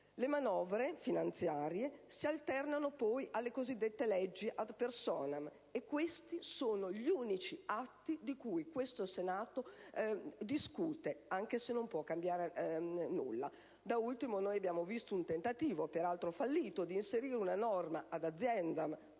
Le manovre finanziarie si alternano poi alle cosiddette leggi *ad personam* e questi sono gli unici atti di cui il Senato discute, anche se non può cambiare nulla. Da ultimo, abbiamo visto il tentativo, peraltro fallito, di inserire una norma *ad aziendam*,